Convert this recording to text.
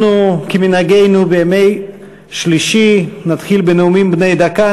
כמנהגנו בימי שלישי, אנחנו נפתח בנאומים בני דקה.